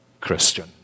Christian